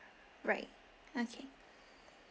right okay